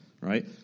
right